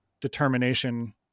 determination